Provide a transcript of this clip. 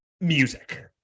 Music